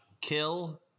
Kill